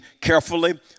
carefully